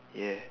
ya